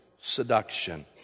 seduction